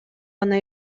гана